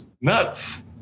nuts